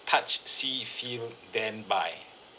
touch see feel then buy